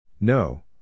No